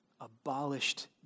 abolished